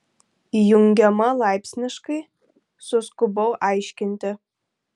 įjungiama laipsniškai suskubau aiškinti